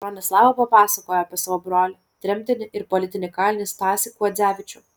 bronislava papasakojo apie savo brolį tremtinį ir politinį kalinį stasį kuodzevičių